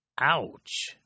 ouch